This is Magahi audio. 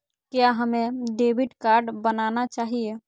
क्या हमें डेबिट कार्ड बनाना चाहिए?